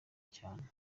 cyane